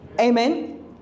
Amen